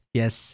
yes